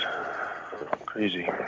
crazy